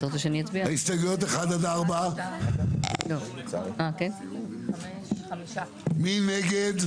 מי נגד?